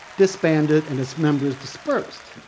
disbanded and its members dispersed.